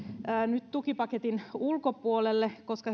nyt tukipaketin ulkopuolelle koska